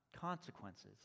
consequences